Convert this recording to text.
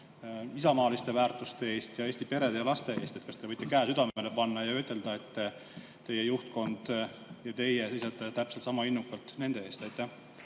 isamaaliste väärtuste eest ning Eesti perede ja laste eest. Kas te võite käe südamele panna ja ütelda, et teie juhtkond ja teie seisate täpselt sama innukalt nende eest? Aitäh,